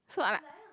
so I'm